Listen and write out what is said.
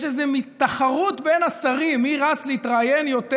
יש איזה מין תחרות בין השרים מי רץ להתראיין יותר,